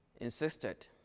insisted